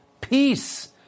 Peace